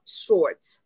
short